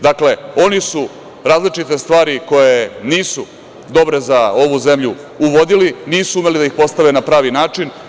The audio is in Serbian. Dakle, oni su različite stvari koje nisu dobre za ovu zemlju uvodili, nisu umeli da ih postave na pravi način.